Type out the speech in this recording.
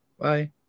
Bye